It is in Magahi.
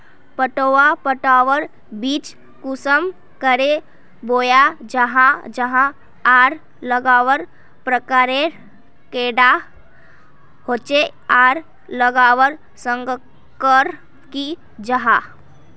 पटवा पटवार बीज कुंसम करे बोया जाहा जाहा आर लगवार प्रकारेर कैडा होचे आर लगवार संगकर की जाहा?